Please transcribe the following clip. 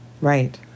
Right